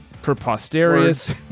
preposterous